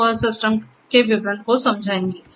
तो वह सिस्टम के विवरण को समझाएंगी